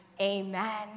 amen